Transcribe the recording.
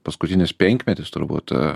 paskutinis penkmetis turbūt